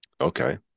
Okay